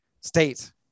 State